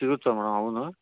ಸಿಗುತ್ತಾ ಮೇಡಮ್ ಅವೂ